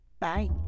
Bye